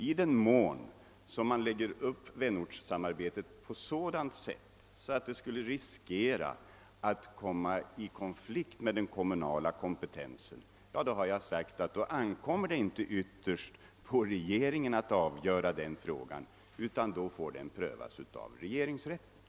I den mån kommunerna lägger upp vänortssamarbetet på ett sådant sätt att de skulle riskera att komma i konflikt med den kommunala kompetensen ankommer det inte, såsom jag redan påpekat, ytterst på regeringen att fatta ett avgörande, utan en sådan fråga får prövas av regeringsrätten.